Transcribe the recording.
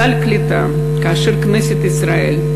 סל קליטה, כאשר בכנסת ישראל,